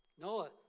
Noah